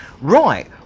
Right